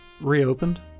reopened